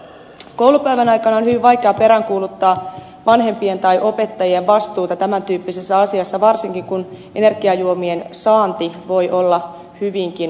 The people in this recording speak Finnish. koulupäivän aikana on hyvin vaikea peräänkuuluttaa vanhempien tai opettajien vastuuta tämän tyyppisessä asiassa varsinkin kun energiajuomien saanti voi olla hyvinkin vapaata